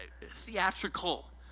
theatrical